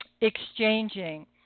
exchanging